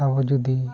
ᱟᱵᱚ ᱡᱩᱫᱤ